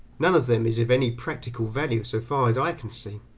none of them is of any practical value, so far as i can see,